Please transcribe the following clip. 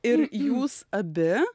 ir jūs abi